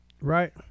right